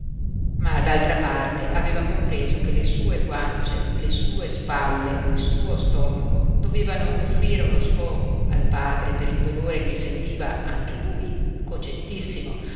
ma d'altra parte aveva compreso che le sue guance le sue spalle il suo stomaco dovevano offrire uno sfogo al padre per il dolore che sentiva anche lui